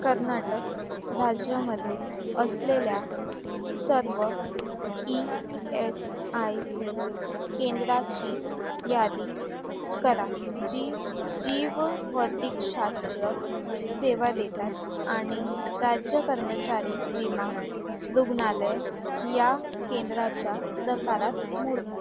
कर्नाटक राज्यामध्ये असलेल्या सर्व ई एस आय सी केंद्राची यादी करा जी जीवभौतिकशास्त्र सेवा देतात आणि राज्य कर्मचारी विमा रुग्णालय या केंद्राच्या प्रकारात मोडतात